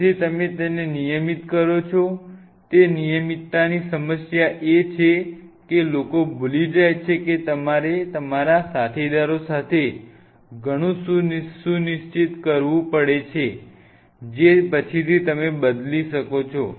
તેથી તમે તેને નિયમિત કરો છો તે નિયમિતતાની સમસ્યા છે કે લોકો ભૂલી જાય છે કે તમારે તમારા સાથીદારો સાથે ઘણું સુનિશ્ચિત કરવું પડશે જે પછીથી તમે બદલો છો